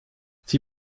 sie